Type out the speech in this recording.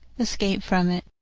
escaped from it.